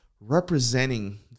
representing